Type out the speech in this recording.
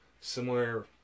similar